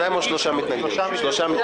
היו שניים או שלושה מתנגדים, שלושה מתנגדים.